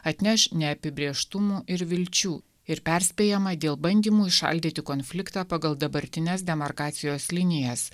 atneš neapibrėžtumų ir vilčių ir perspėjama dėl bandymų įšaldyti konfliktą pagal dabartines demarkacijos linijas